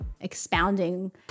expounding